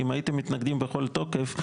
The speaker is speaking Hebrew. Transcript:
אם הייתם מתנגדים בכל תוקף,